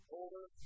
older